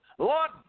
Lord